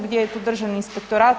Gdje je tu Državni inspektorat?